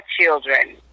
children